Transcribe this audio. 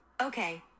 Okay